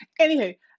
Anywho